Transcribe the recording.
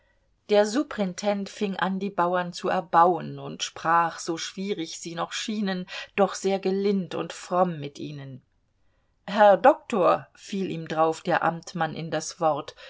der suprintend fing an die bauern zu erbaun und sprach so schwierig sie noch schienen doch sehr gelind und fromm mit ihnen herr doktor fiel ihm drauf der amtmann in das wort